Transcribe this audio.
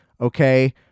okay